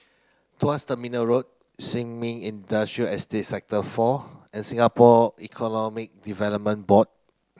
Tuas Terminal Road Sin Ming Industrial Estate Sector four and Singapore Economic Development Board